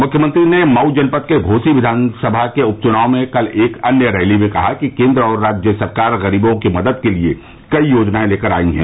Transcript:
मुख्यमंत्री ने मऊ जनपद के घोसी विधानसभा के उपचुनाव में कल एक अन्य रैली में कहा कि केंद्र और राज्य सरकार गरीबों की मदद के लिए कई योजनाएं लेकर आयी हैं